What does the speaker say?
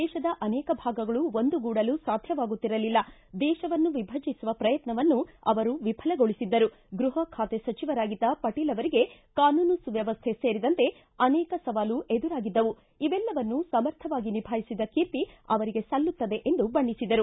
ದೇಶದ ಅನೇಕ ಭಾಗಗಳು ಒಂದುಗೂಡಲು ಸಾಧ್ಯವಾಗುತ್ತಿರಲಿಲ್ಲ ದೇಶವನ್ನು ವಿಭಜಿಸುವ ಪ್ರಯತ್ಯವನ್ನು ಅವರು ವಿಫಲಗೊಳಿಸಿದ್ದರು ಗೃಹ ಖಾತೆ ಸಚಿವರಾಗಿದ್ದ ಪಟೇಲ್ ಅವರಿಗೆ ಕಾನೂನು ಸುವ್ಯವಸ್ಥೆ ಸೇರಿದಂತೆ ಅನೇಕ ಸವಾಲು ಎದುರಾಗಿದ್ದವು ಇವೆಲ್ಲವನ್ನು ಸಮರ್ಥವಾಗಿ ನಿಭಾಯಿಸಿದ ಕೀರ್ತಿ ಅವರಿಗೆ ಸಲ್ಲುತ್ತದೆ ಎಂದು ಬಣ್ಣೆಸಿದರು